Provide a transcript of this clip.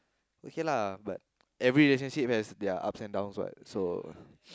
okay lah but every relationship has their ups and downs what so